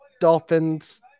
Dolphins